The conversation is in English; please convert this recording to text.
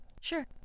Sure